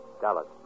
Dallas